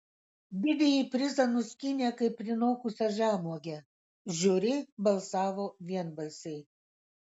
didįjį prizą nuskynė kaip prinokusią žemuogę žiūri balsavo vienbalsiai